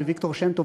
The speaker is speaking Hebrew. על ויקטור שם-טוב,